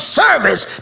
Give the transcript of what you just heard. service